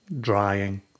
drying